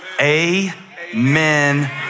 Amen